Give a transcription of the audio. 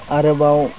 आरोबाव